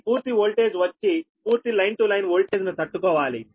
మీ పూర్తి ఓల్టేజ్ వచ్చి పూర్తి లైన్ టు లైన్ ఓల్టేజ్ ను తట్టుకోవాలి